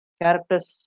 characters